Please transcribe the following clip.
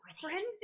Frenzy